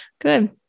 Good